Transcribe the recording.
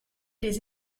les